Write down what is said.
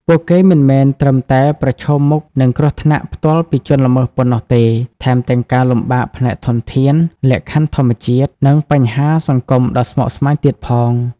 ពួកគេមិនមែនត្រឹមតែប្រឈមមុខនឹងគ្រោះថ្នាក់ផ្ទាល់ពីជនល្មើសប៉ុណ្ណោះទេ ថែមទាំងការលំបាកផ្នែកធនធាន លក្ខខណ្ឌធម្មជាតិ និងបញ្ហាសង្គមដ៏ស្មុគស្មាញទៀតផង។